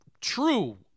true